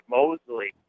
Mosley